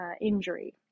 injury